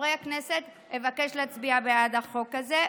חברי הכנסת, אבקש להצביע בעד החוק הזה.